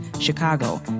Chicago